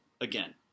again